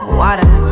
water